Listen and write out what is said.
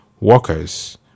workers